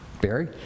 Barry